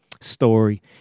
story